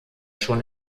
schon